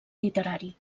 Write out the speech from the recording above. literari